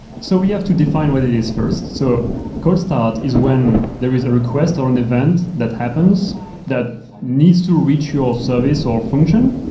so we have to define what it is first. so cold start is when there is a request or an event that happens that needs to reach your service or function,